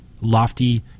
lofty